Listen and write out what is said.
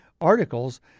articles